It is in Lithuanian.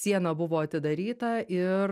siena buvo atidaryta ir